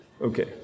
Okay